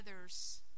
others